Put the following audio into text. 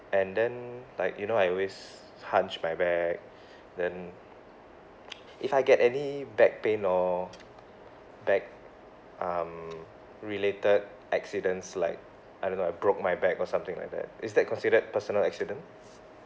and then like you know I always hunch my back then if I get any back pain or back um related accidents like I don't know I broke my back or something like that is that considered personal accident